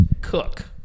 cook